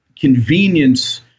convenience